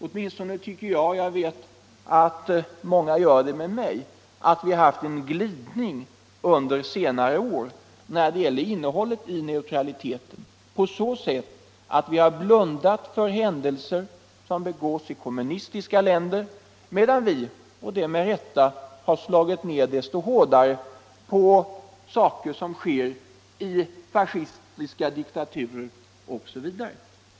Åtminstone tycker jag, och jag vet att många gör det med mig, att det förekommit en glidning under senare år när det gäller innehållet i neutraliteten, på så sätt att vi har blundat för företeelser i kommunistiska länder medan vi — och det med rätta — har slagit ned hårt på sådant som förekommer i fascistiska diktaturer osv.